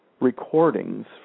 recordings